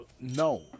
No